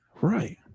Right